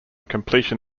completion